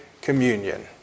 communion